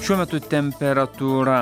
šiuo metu temperatūra